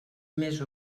més